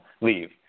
leave